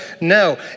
no